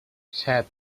set